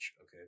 okay